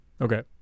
Okay